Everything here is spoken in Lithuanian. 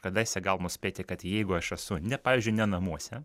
kadaise gal nuspėti kad jeigu aš esu ne pavyzdžiui ne namuose